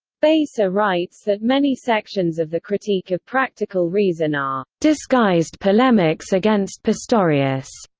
beiser writes that many sections of the critique of practical reason are disguised polemics against pistorius.